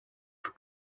for